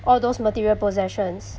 all those material possessions